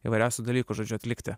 įvairiausių dalykų žodžiu atlikti